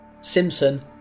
Simpson